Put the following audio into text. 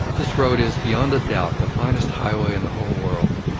this road is, beyond a doubt, the finest highway in the whole world.